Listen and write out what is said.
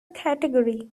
category